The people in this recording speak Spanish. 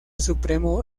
supremo